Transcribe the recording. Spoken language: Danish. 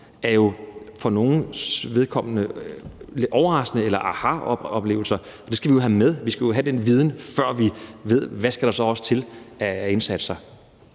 har jo for nogles vedkommende været overraskende eller ahaoplevelser, og det skal vi have med. Vi skal jo have den viden, før vi ved, hvad der så også skal til af indsatser.